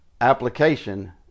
application